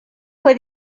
fue